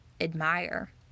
admire